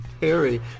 Harry